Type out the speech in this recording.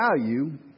value